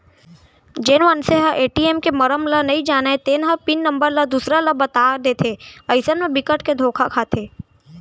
जेन मनसे मन ह ए.टी.एम के मरम ल नइ जानय तेन ह पिन नंबर ल दूसर ल बता देथे अइसन म बिकट के धोखा खाथे